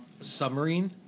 submarine